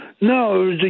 No